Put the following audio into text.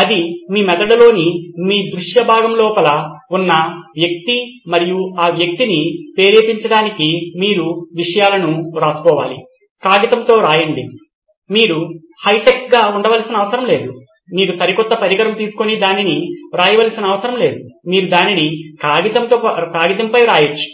అది మీ మెదడులోని మీ దృశ్య భాగం లోపల ఉన్న వ్యక్తి మరియు ఆ వ్యక్తిని ప్రేరేపించబడటానికి మీరు విషయాలను వ్రాసుకోవాలి కాగితంపై రాయండి మీరు హైటెక్గా ఉండవలసిన అవసరం లేదు మీరు సరికొత్త పరికరము తీసుకొని దానిని వ్రాయవలసిన అవసరం లేదు మీరు దానిని కాగితంపై వ్రాయవచ్చు